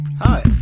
Hi